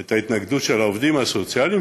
את ההתנגדות של העובדים הסוציאליים,